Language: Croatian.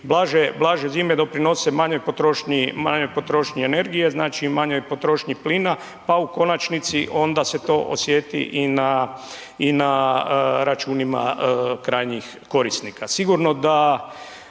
manjoj potrošnji, manjoj potrošnji energije, znači manjoj potrošnji plina, pa u konačnici onda se to osjeti i na i na računima krajnjih korisnika.